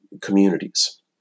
communities